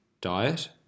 diet